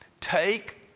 Take